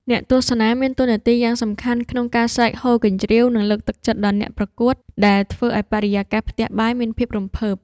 អ្នកទស្សនាមានតួនាទីយ៉ាងសំខាន់ក្នុងការស្រែកហ៊ោកញ្ជ្រៀវ និងលើកទឹកចិត្តដល់អ្នកប្រកួត ដែលធ្វើឱ្យបរិយាកាសផ្ទះបាយមានភាពរំភើប។